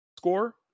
score